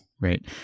Right